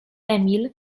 emil